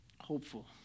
hopeful